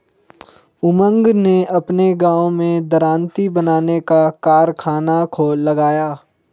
उमंग ने अपने गांव में दरांती बनाने का कारखाना लगाया